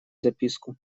записку